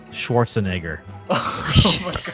Schwarzenegger